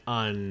on